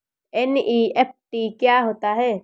NEFT क्या होता है?